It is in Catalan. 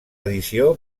edició